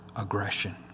aggression